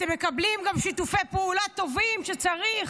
אתם מקבלים גם שיתופי פעולה טובים כשצריך.